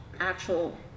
actual